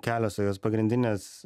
kelios tokios pagrindinės